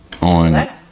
on